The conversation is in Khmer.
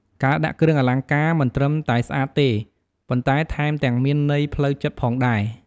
ការដាក់គ្រឿងអលង្ការមិនត្រឹមតែស្អាតទេ ប៉ុន្តែថែមទាំងមានន័យផ្លូវចិត្តផងដែរ។